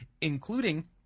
including